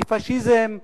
מפאשיזם,